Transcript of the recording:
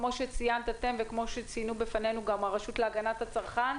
כמו שציינת וכמו שציינו בפנינו גם הרשות להגנת הצרכן.